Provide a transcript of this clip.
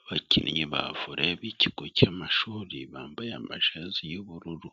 Abakinnyi ba Volley b'ikigo cy'amashuri bambaye amajezi y'ubururu.